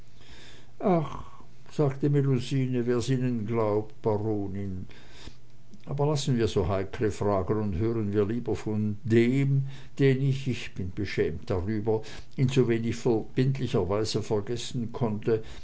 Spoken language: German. ach sagte melusine wer's ihnen glaubt baronin aber lassen wir so heikle fragen und hören wir lieber von dem den ich ich bin beschämt darüber in so wenig verbindlicher weise vergessen konnte